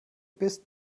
bist